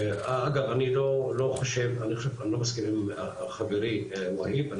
אבל אני לא מסכים עם חברי והיב,